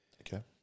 Okay